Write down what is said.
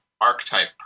archetype